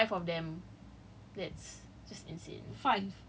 you take three onwards it's crazy so this sem is like five of them